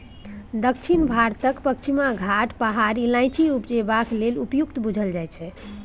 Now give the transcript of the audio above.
दक्षिण भारतक पछिमा घाट पहाड़ इलाइचीं उपजेबाक लेल उपयुक्त बुझल जाइ छै